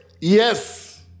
yes